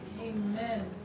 amen